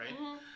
right